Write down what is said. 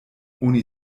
oni